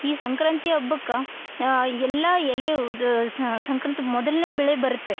ಈ ಸಂಕ್ರಾಂತಿ ಹಬ್ಬಕ್ಕ ಎಲ್ಲಾ ಎಲೆ ಉದು ಸಂಕ್ರಾಂತಿ ಮೊದಲ್ನೆ ಬೆಳೆ ಬರುತ್ತೆ